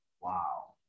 Wow